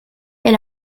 est